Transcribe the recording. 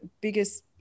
biggest